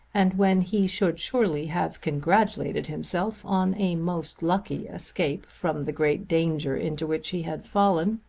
and when he should surely have congratulated himself on a most lucky escape from the great danger into which he had fallen,